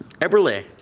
eberle